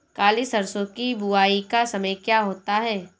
काली सरसो की बुवाई का समय क्या होता है?